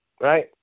right